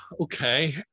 Okay